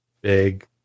big